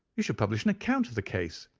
you should publish an account of the case.